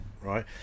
right